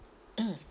mm